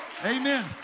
Amen